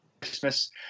christmas